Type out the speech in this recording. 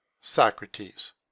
Socrates